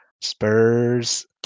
Spurs